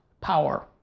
power